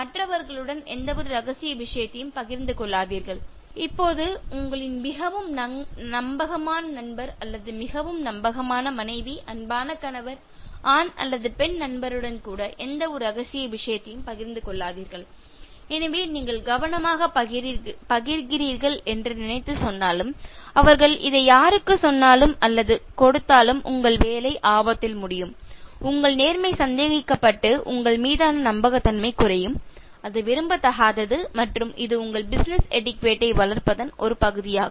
மற்றவர்களுடன் எந்தவொரு ரகசிய விஷயத்தையும் பகிர்ந்து கொள்ளாதீர்கள் இப்போது உங்களின் மிகவும் நம்பகமான நண்பர் அல்லது மிகவும் நம்பகமான மனைவி அன்பான கணவர் ஆண் அல்லது பெண் நண்பருடன் கூட எந்தவொரு ரகசிய விஷயத்தையும் பகிர்ந்து கொள்ளாதீர்கள் எனவே நீங்கள் கவனமாக பகிர்கிறீர்கள் என்று நினைத்து சொன்னாலும் அவர்கள் இதை யாருக்குச் சொன்னாலும் அல்லது கொடுத்தாலும் உங்கள் வேலை ஆபத்தில் முடியும் உங்கள் நேர்மை சந்தேகிக்கப்பட்டு உங்கள் மீதான நம்பகத்தன்மை குறையும் அது விரும்பத்தகாதது மற்றும் இது உங்கள் பிசினஸ் எட்டிக்யுட்டே வை வளர்ப்பதன் ஒரு பகுதியாகும்